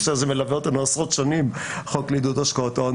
הזה מלווה אותנו עשרות שנים של חוק עידוד השקעות הון